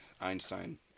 Einstein